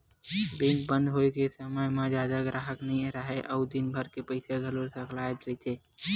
bank बंद होए के समे म जादा गराहक नइ राहय अउ दिनभर के पइसा घलो सकलाए रहिथे